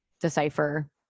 decipher